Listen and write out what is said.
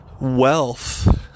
Wealth